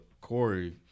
Corey